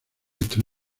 the